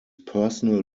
personal